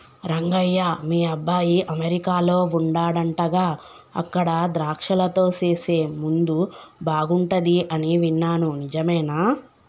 రంగయ్య మీ అబ్బాయి అమెరికాలో వుండాడంటగా అక్కడ ద్రాక్షలతో సేసే ముందు బాగుంటది అని విన్నాను నిజమేనా